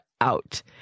out